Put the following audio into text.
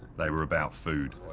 they were about food.